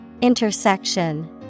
Intersection